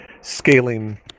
scaling